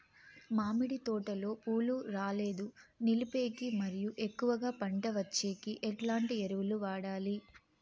మామిడి తోటలో పూలు రాలేదు నిలిపేకి మరియు ఎక్కువగా పంట వచ్చేకి ఎట్లాంటి ఎరువులు వాడాలి?